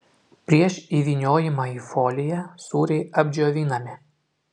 prieš įvyniojimą į foliją sūriai apdžiovinami